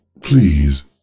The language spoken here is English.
please